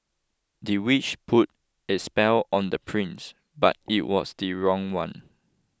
the witch put a spell on the prince but it was the wrong one